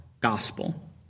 Gospel